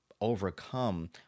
overcome